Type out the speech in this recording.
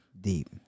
Deep